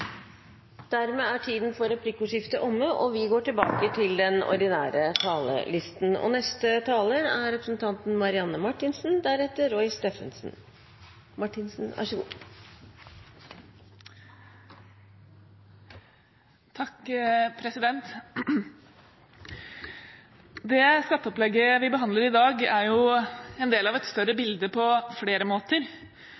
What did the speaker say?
Dermed er replikkordskiftet omme. Det skatteopplegget vi behandler i dag, er jo en del av et større bilde på flere måter.